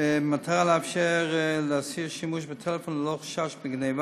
במטרה לאפשר לאסיר שימוש בטלפון ללא חשש מגנבה